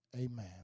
Amen